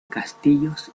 castillos